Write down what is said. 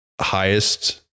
highest